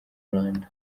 rwanda